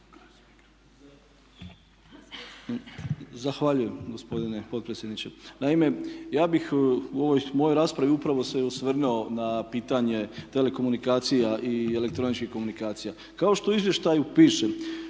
Zahvaljujem gospodine potpredsjedniče. Naime, ja bih u ovoj mojoj raspravi upravo se osvrnuo na pitanje telekomunikacija i elektroničkih komunikacija. Kao što u izvještaju piše,